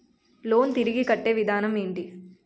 Loan తిరిగి కట్టే విధానం ఎంటి?